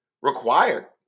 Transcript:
required